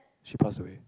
she passed away